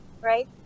right